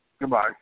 Goodbye